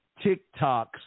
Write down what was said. TikToks